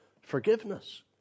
forgiveness